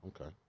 Okay